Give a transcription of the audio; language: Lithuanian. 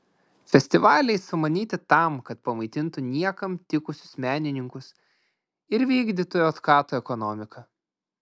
festivaliai sumanyti tam kad pamaitintų niekam tikusius menininkus ir vykdytų otkato ekonomiką